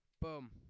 boom